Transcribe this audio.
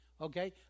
okay